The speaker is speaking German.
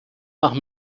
nach